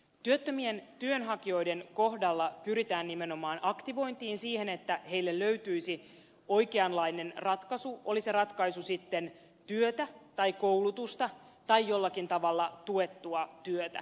työttömien työnhakijoiden kohdalla pyritään nimenomaan aktivointiin siihen että heille löytyisi oikeanlainen ratkaisu oli se ratkaisu sitten työtä tai koulutusta tai jollakin tavalla tuettua työtä